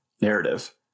narrative